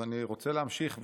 אז אני רוצה להמשיך.